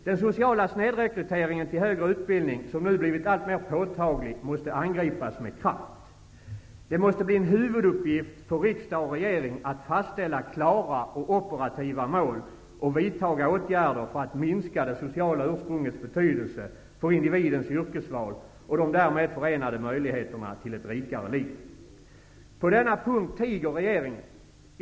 Den sociala snedrekryteringen till högre utbildning, som nu blivit alltmer påtaglig, måste angripas med kraft. Det måste nu bli en huvuduppgift för riksdag och regering att fastställa klara och operativa mål och vidta åtgärder för att minska det sociala ursprungets betydelse för individens yrkesval och de därmed förenade möjligheterna till ett rikare liv. På denna punkt tiger regeringen.